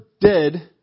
dead